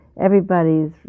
everybody's